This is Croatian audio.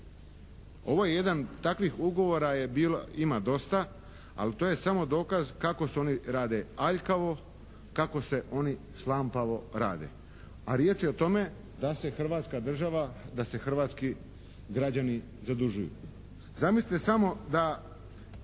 Ovo je jedan, takvih ugovora je bilo, ima dosta, al' to je samo dokaz kako se oni rade aljkavo, kako se oni šlampavo rade. A riječ je o tome da se Hrvatska država, da se hrvatski građani zadužuju.